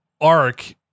arc